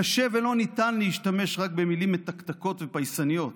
קשה, לא ניתן להשתמש רק במילים מתקתקות ופייסניות,